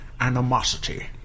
animosity